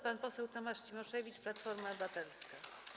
Pan poseł Tomasz Cimoszewicz, Platforma Obywatelska.